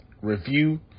review